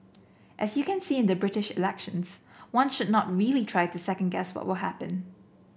as you can see in the British elections one should not really try to second guess what will happen